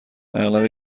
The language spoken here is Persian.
اغلب